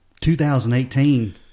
2018